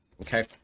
okay